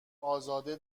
ازاده